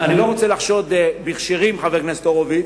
אני לא רוצה לחשוד בכשרים, חבר הכנסת הורוביץ,